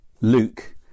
Luke